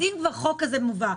אם החוק הזה מובא,